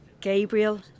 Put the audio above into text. Gabriel